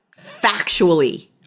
factually